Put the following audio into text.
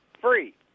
free